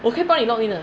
我可以帮你 login 的